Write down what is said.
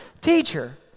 teacher